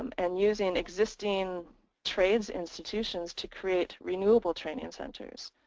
and using existing trades institutions to create renewable training and centers.